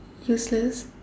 useless